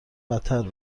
بدتر